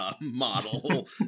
Model